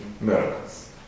miracles